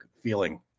feeling